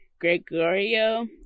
Gregorio